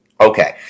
Okay